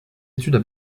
études